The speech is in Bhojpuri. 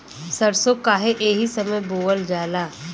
सरसो काहे एही समय बोवल जाला?